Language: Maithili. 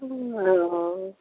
हँ